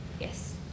Yes